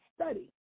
study